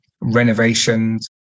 renovations